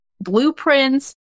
blueprints